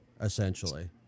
essentially